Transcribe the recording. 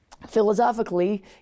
Philosophically